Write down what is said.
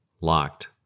Locked